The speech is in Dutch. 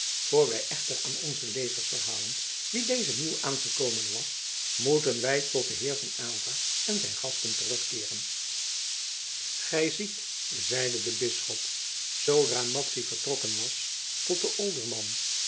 voor wij echter aan onze lezers verhalen wie deze nieuwaangekomene was moeten wij tot den heer van aylva en zijn gasten terugkeeren gij ziet zeide de bisschop zoodra madzy vertrokken was tot den olderman